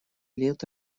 лет